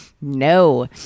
No